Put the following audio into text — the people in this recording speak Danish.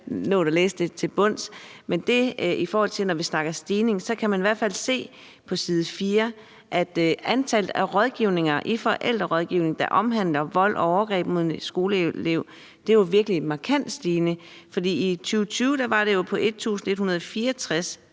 nået at læse det til bunds – at når vi snakker stigning, kan man i hvert fald se på side 4, at antallet af rådgivninger i Forældrerådgivningen, der omhandler vold og overgreb mod en skoleelev, jo virkelig er markant stigende. For i 2020 var det på 1.164